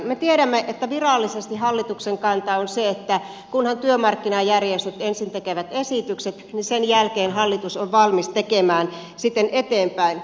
me tiedämme että virallisesti hallituksen kanta on se että kunhan työmarkkinajärjestöt ensin tekevät esitykset niin sen jälkeen hallitus on valmis tekemään sitten eteenpäin